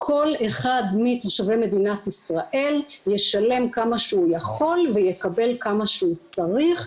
כל אחד מתושבי מדינת ישראל ישלם כמה שהוא יכול ויקבל כמה שהוא צריך,